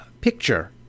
picture